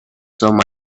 some